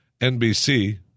NBC